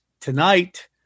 tonight